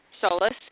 Solus